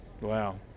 Wow